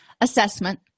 assessment